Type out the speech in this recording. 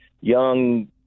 young